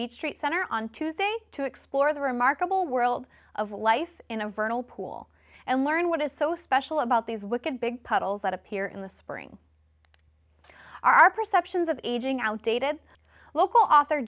beach street center on tuesday to explore the remarkable world of life in a vernal pool and learn what is so special about these wicked big puddles that appear in the spring our perceptions of aging outdated local author